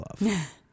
love